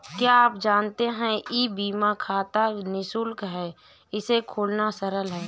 क्या आप जानते है ई बीमा खाता निशुल्क है, इसे खोलना सरल है?